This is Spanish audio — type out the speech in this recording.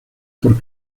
por